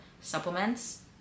supplements